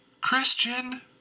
Christian